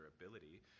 ability